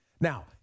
Now